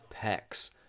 pecs